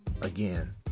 again